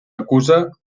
acusa